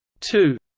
two